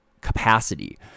capacity